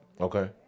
Okay